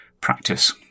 practice